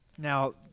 Now